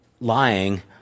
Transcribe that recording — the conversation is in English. lying